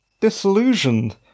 disillusioned